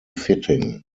fitting